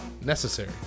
necessary